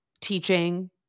teaching